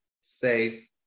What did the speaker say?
safe